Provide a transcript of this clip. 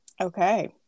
Okay